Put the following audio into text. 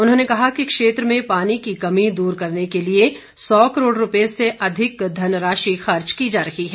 उन्होंने कहा कि क्षेत्र में पानी की कमी दूर करने के लिए सौ करोड़ रुपये से अधिक धनराशि खर्च की जा रही है